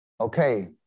Okay